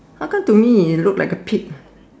how come to me it look like a pig